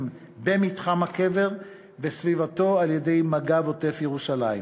במתחם הקבר וסביבתו על-ידי מג"ב עוטף-ירושלים.